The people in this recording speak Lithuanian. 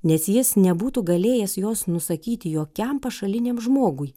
nes jis nebūtų galėjęs jos nusakyti jokiam pašaliniam žmogui